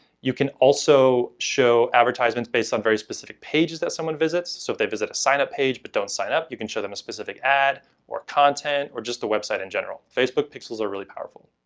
you can also show advertisements based on very specific pages that someone visits. so if they visit a signup page but don't sign up, you can show them a specific ad or content or just the website in general. facebook pixels are really powerful.